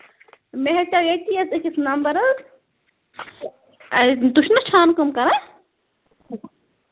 مےٚ ہٮ۪ژیٚو ییٚتی أکِس نَمبر حظ اَز تُہۍ چھِوا چھانہٕ کٲم کران